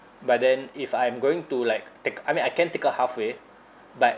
but then if I'm going to like take I mean I can take out halfway but